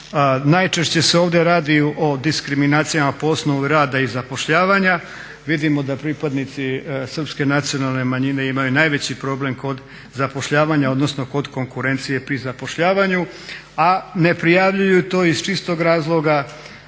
Najčešće se ovdje radi o diskriminacijama po osnovi rada i zapošljavanja. Vidimo da pripadnici Srpske nacionalne manjine imaju najveći problem kod zapošljavanja, odnosno kod konkurencije pri zapošljavanju a ne prijavljuju to iz čistog razloga